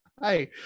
Hi